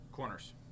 Corners